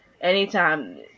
Anytime